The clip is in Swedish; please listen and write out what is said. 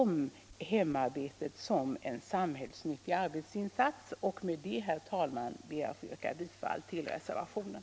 Med detta, herr talman, ber jag att få yrka bifall till reservationen.